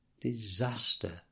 Disaster